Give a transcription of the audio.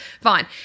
fine